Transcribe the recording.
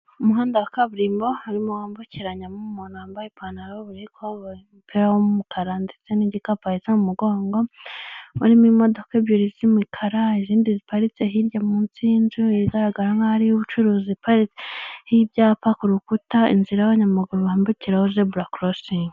Mu muhanda wa kaburimbo harimo hambukiranyamo umuntu wambaye ipantaro y'ubururu y'ikoboyi n'umupira w'umukara ndetse n'igikapu ahetse mu mugongo urimo imodoka ebyiri z'imikara izindi ziparitse hirya munsi y'inzu igaragara nkaho ari y'ubucuruzi Iparitseho ibyapa ku rukuta, inzira y'abanyamaguru bambukiraho zebura korosingi ( zebra crossing).